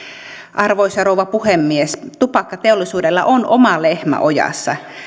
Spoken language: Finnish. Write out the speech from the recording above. arvoisa rouva puhemies tupakkateollisuudella on oma lehmä ojassa